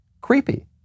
creepy